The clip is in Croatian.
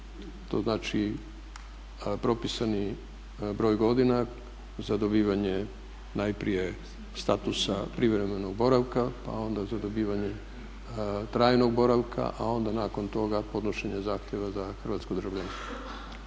To znači propisani broj godina za dobivanje najprije statusa privremenog boravka a onda za dobivanje trajnog boravka, a onda nakon toga podnošenje zahtjeva za hrvatsko državljanstvo.